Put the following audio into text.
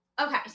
Okay